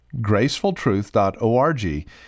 GracefulTruth.org